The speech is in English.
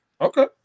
Okay